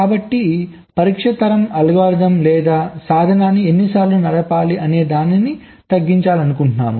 కాబట్టి పరీక్ష తరం అల్గోరిథం లేదా సాధనాన్ని ఎన్నిసార్లు నడపాలి అనేదాన్ని తగ్గించాలనుకుంటున్నాము